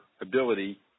ability